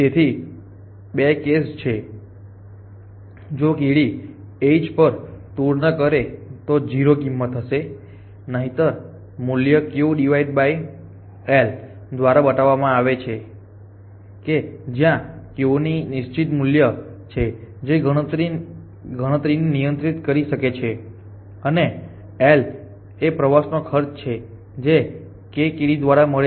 તેથી બે કેસ છેજો કીડી edge i j પર ટૂર ન કરે તો 0 કિંમત હશે નહિતર તે મૂલ્ય q divide by L k દ્વારા બતાવવા માં આવે છે જ્યાં q એ નિશ્ચિત મૂલ્ય છે જે ગણતરીને નિયંત્રિત કરી શકે છે અને L k એ પ્રવાસનો ખર્ચ છે જે k th કીડી દ્વારા મળે છે